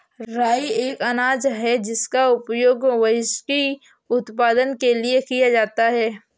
राई एक अनाज है जिसका उपयोग व्हिस्की उत्पादन के लिए किया जाता है